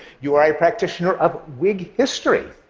you are a practitioner of whig history,